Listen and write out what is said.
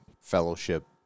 fellowship